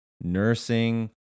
nursing